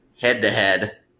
head-to-head